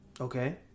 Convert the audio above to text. Okay